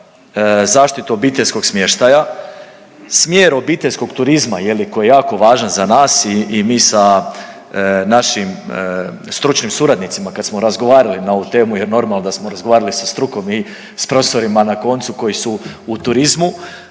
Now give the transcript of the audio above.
zaštitu obiteljskog smještaja, smjer obiteljskog turizma je li koji je jako važan za nas i mi sa našim stručnim suradnicima kad smo razgovarali na ovu temu jer normalno da smo razgovarali sa strukom i s profesorima na koncu koji su u turizmu